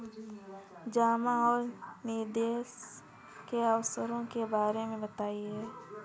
जमा और निवेश के अवसरों के बारे में बताएँ?